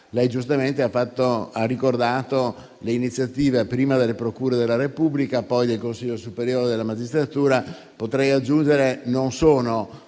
Lei ha giustamente ricordato le iniziative, prima, delle procure della Repubblica e, poi, del Consiglio superiore della magistratura che, potrei aggiungere, non sono